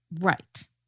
Right